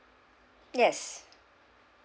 yes